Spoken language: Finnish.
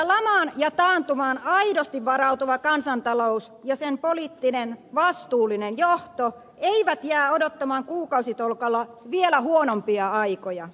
lamaan ja taantumaan aidosti varautuva kansantalous ja sen poliittinen vastuullinen johto eivät jää odottamaan kuukausitolkulla vielä huonompia aikoja